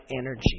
energy